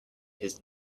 his